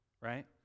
right